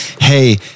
hey